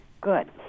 Good